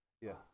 Yes